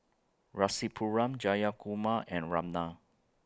Rasipuram Jayakumar and Ramnath